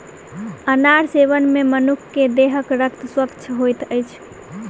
अनार सेवन मे मनुख के देहक रक्त स्वच्छ होइत अछि